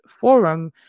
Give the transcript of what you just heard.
Forum